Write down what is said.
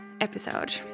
episode